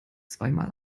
zweimal